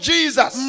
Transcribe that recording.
Jesus